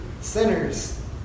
sinners